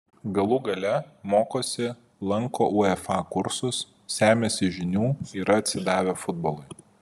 galų gale mokosi lanko uefa kursus semiasi žinių yra atsidavę futbolui